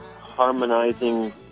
harmonizing